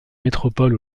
métropole